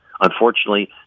Unfortunately